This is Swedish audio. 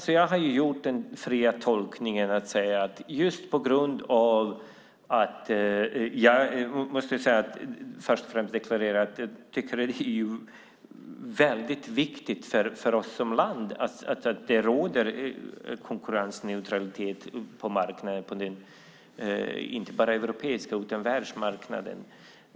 Framför allt måste jag deklarera att det är väldigt viktigt för oss som land att det råder konkurrensneutralitet på marknaden, inte bara på den europeiska utan också på världsmarknaden.